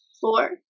Four